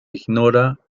ignora